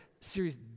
series